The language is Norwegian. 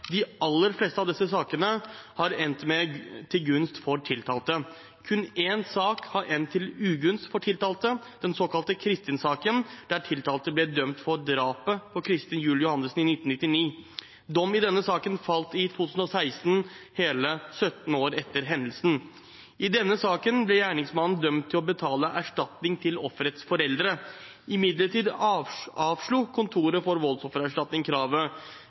De aller fleste av disse sakene har endt til gunst for tiltalte. Kun én sak har endt til ugunst for tiltalte, den såkalte Kristin-saken, der tiltalte ble dømt for drapet på Kristin Juel Johannessen i 1999. Dom i denne saken falt i 2016, hele 17 år etter hendelsen. I denne saken ble gjerningsmannen dømt til å betale erstatning til offerets foreldre. Imidlertid avslo Kontoret for voldsoffererstatning kravet,